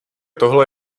tohle